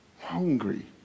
hungry